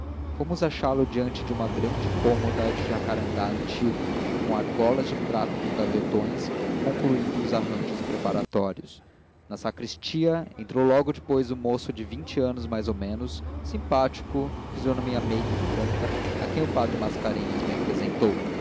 fomos achá-lo diante de uma grande cômoda de jacarandá antigo com argolas de prata nos gavetões concluindo os arranjos preparatórios na sacristia entrou logo depois um moço de vinte anos mais ou menos simpático fisionomia meiga e franca a quem o padre mascarenhas me apresentou